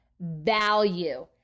value